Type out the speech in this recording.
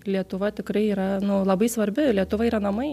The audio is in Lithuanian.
lietuva tikrai yra nu labai svarbi lietuva yra namai